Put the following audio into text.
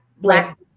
black